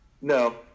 No